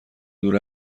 دور